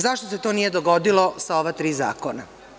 Zašto se to nije dogodilo sa ova tri zakona?